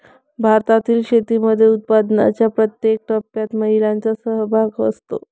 भारतातील शेतीमध्ये उत्पादनाच्या प्रत्येक टप्प्यात महिलांचा सहभाग असतो